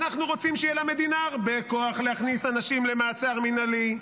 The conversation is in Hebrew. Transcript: אנחנו רוצים שיהיה למדינה הרבה כוח להכניס אנשים למעצר מינהלי,